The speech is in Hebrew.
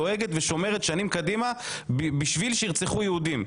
דואגת ושומרת שנים קדימה בשביל שירצחו יהודים.